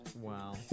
Wow